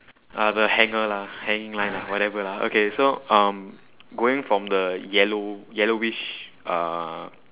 uh the hanger lah hanging line lah whatever lah okay so um going from the yellow yellowish uh